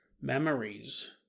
memories